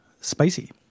spicy